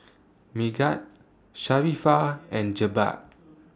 Megat Sharifah and Jebat